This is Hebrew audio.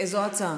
איזו הצעה?